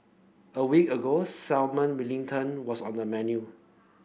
a week ago salmon wellington was on the menu